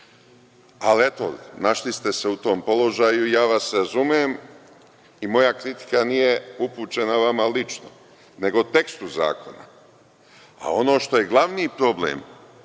Ali eto, našli ste se u tom položaju, ja vas razumem i moja kritika nije upućena vama lično, nego tekstu zakona. Ono što je glavni problem,